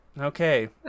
Okay